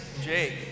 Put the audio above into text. Jake